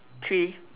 three